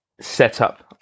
setup